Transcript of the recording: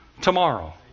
Tomorrow